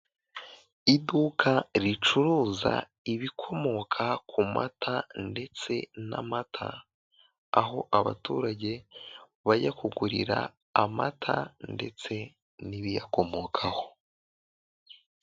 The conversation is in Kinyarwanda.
Iduka ricuruza ibikomoka ku mata ndetse n'amata, aho abaturage bajya kugurira amata ndetse n'ibiyakomokaho.